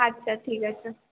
আচ্ছা ঠিক আছে